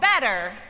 better